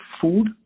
food